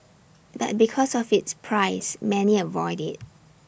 but because of its price many avoid IT